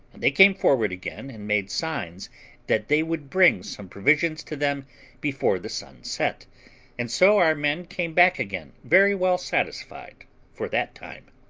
they came forward again, and made signs that they would bring some provisions to them before the sun set and so our men came back again very well satisfied for that time.